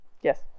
Yes